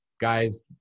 guys